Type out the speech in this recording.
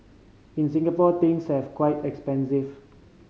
in Singapore things have quite expensive